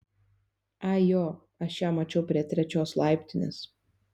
ai jo aš ją mačiau prie trečios laiptinės